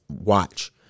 watch